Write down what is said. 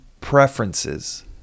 preferences